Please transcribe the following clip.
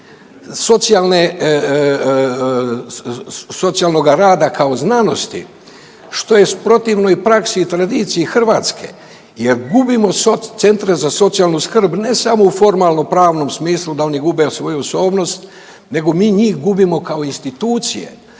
socijalnoga rada kao znanosti, što je protivnoj praksi i tradiciji Hrvatske jer gubimo centre za socijalnu skrb ne samo u formalnopravnom smislu da oni gube svoju osobnost nego mi njih gubimo kao institucije.